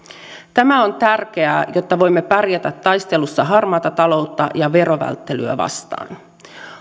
tämä on tärkeää jotta voimme pärjätä taistelussa harmaata taloutta ja verovälttelyä vastaan